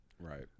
Right